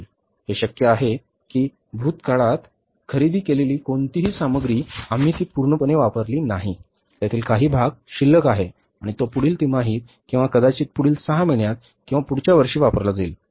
हे शक्य आहे की भूतकाळात खरेदी केलेली कोणतीही सामग्री आम्ही ती पूर्णपणे वापरली नाही त्यातील काही भाग शिल्लक आहे आणि तो पुढील तिमाहीत किंवा कदाचित पुढील 6 महिन्यांत किंवा पुढच्या वर्षी वापरला जाईल